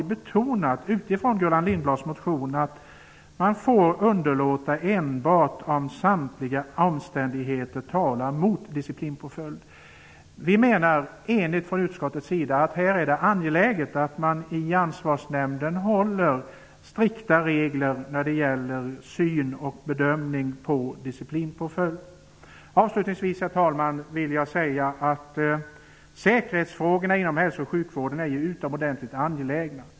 Utifrån Gullan Lindblads motion har vi betonat att man får underlåta disciplinpåföljd enbart om samtliga omständigheter talar mot en sådan. Vi i utskottet menar enhälligt att det är angeläget att man i Ansvarsnämnden håller strikta regler när det gäller synen på och bedömningen av disciplinpåföljd. Avslutningsvis, herr talman, vill jag säga att säkerhetsfrågorna och patientens säkerhet inom hälso och sjukvården är utomordentligt angelägna.